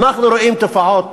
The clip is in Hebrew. אנחנו רואים תופעות